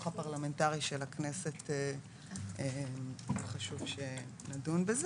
הפרלמנטרי של הכנסת וחשוב שנדון בזה.